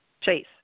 Chase